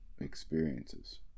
experiences